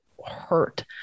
hurt